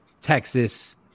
Texas